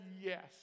yes